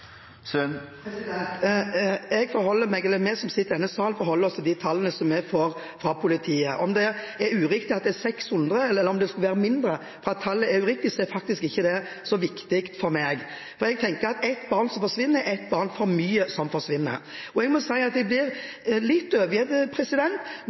tallene som kommer fra politiet. Om det er uriktig at det er 600, eller om det skulle være færre – at tallet er uriktig – er ikke så viktig for meg. Jeg tenker at ett barn som forsvinner, er ett barn for mye som forsvinner. Jeg må si at jeg blir litt